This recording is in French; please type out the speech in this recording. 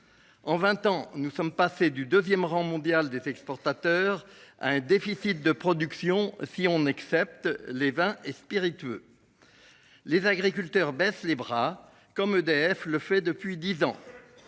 En 20 ans, nous sommes passés du 2ème rang mondial des exportateurs à un déficit de production si on excepte les vins et spiritueux. Les agriculteurs baissent les bras comme EDF le fait depuis 10 ans.